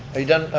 are you done,